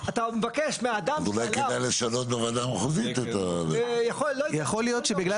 אתה מבקש מהאדם שעליו אתה מגיש ערר.